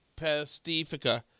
pastifica